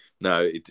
No